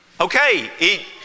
Okay